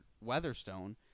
Weatherstone